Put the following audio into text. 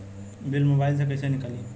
Bill mobile से कईसे निकाली?